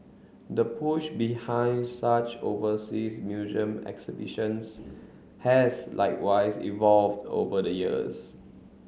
the push behind such overseas museum exhibitions has likewise evolved over the years